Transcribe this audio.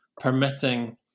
permitting